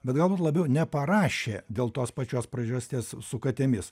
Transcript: bet galbūt labiau neparašė dėl tos pačios priežasties su katėmis